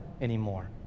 anymore